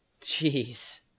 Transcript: Jeez